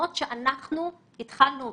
שאנחנו התחלנו אותן,